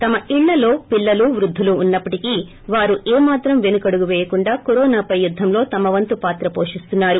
తమ ఇళ్లల్లో పిల్లలు వృద్దులు ఉన్నప్పటికీ వారు ఏమాత్రం వెనుకడుగు వేయకుండా కరోనాపై యుద్దంలో తమ వంతు పాత్ర వోషిస్తున్నారు